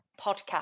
podcast